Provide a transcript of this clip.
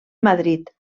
madrid